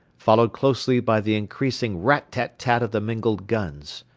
followed closely by the increasing rat-tat-tat of the mingled guns.